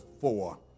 four